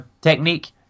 technique